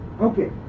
Okay